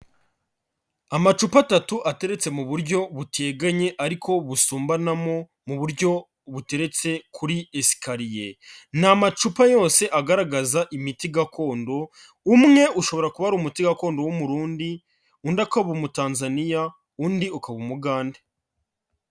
Amacupa atatu ateretse mu buryo buteganye ariko busumbanamo mu buryo buteretse kuri esikariye, ni amacupa yose agaragaza imiti gakondo, umwe ushobora kuba ari umuti gakondo w'Umurundi undi akaba Umutanzaniya, undi ukaba Umugande.